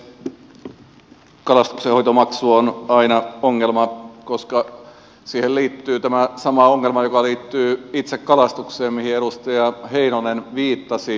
kalastuksen hoitomaksu on aina ongelma koska siihen liittyy tämä sama ongelma joka liittyy itse kalastukseen mihin edustaja heinonen viittasi